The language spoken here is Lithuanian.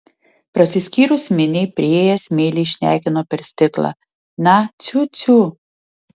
prasiskyrus miniai priėjęs meiliai šnekino per stiklą na ciu ciu